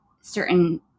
certain